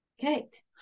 Correct